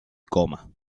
coma